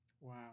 Wow